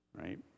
right